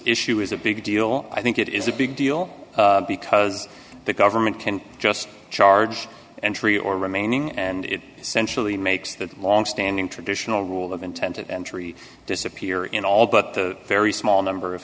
issue is a big deal i think it is a big deal because the government can just charge entry or remaining and it essentially makes the longstanding traditional rule of intent entry disappear in all but the very small number of